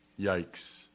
Yikes